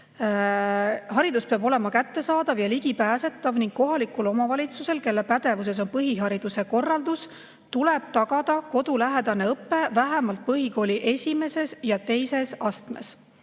"Haridus peab olema kättesaadav ja ligipääsetav ning kohalikul omavalitsusel, kelle pädevuses on põhihariduse korraldus, tuleb tagada kodulähedane õpe vähemalt põhikooli esimeses ja teises astmes."